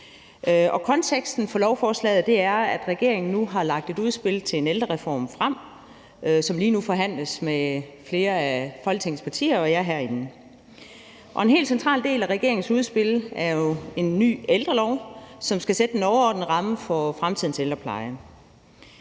Konteksten for lovforslaget er, at regeringen nu har lagt et udspil til en ældrereform frem, som lige nu forhandles med flere af Folketingets partier og jer herinde. En helt central del af regeringens udspil er jo en ny ældrelov, som skal lægge den overordnede ramme for fremtidens ældrepleje.